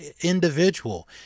individual